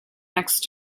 next